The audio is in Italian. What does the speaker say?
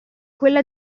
quella